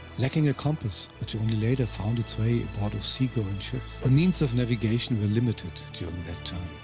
lacking a compass, which only later found its way aboard of seagoing ships, the means of navigation were limited during that